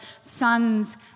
sons